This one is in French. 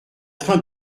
train